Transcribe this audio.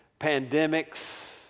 pandemics